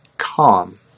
calm